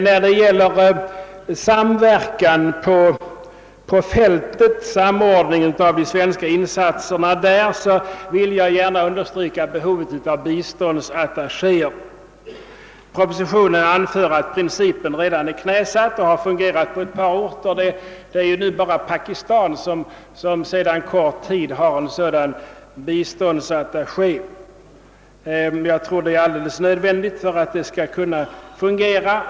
När det gäller samverkan på fältet, samordning av de svenska insatserna där, vill jag gärna understryka behovet av biståndsattaché er. Propositionen anför att principen redan är knäsatt och fungerar på ett par orter. Pakistan har sedan en kort tid en sådan biståndsattaché. Jag tror att det är alldeles nödvändigt att ha sådana attachéer för att biståndet skall fungera.